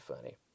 funny